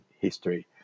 history